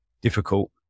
difficult